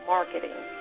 Marketing